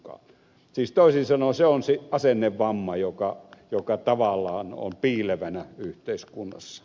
siis toisin sanoen se on asennevamma joka tavallaan on piilevänä yhteiskunnassa